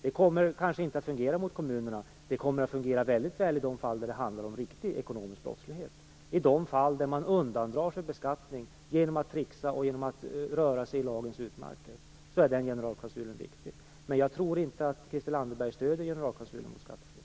Det kommer kanske inte att fungera mot kommunerna, men det kommer att fungera väldigt väl i de fall där det handlar om riktig ekonomisk brottslighet, i de fall där man undandrar sig beskattning genom att tricksa och röra sig i lagens utmarker. I de fallen är den generalklausulen viktig. Men jag tror inte att Christel Anderberg stöder generalklausulen mot skatteflykt.